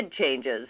changes